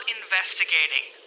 investigating